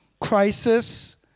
crisis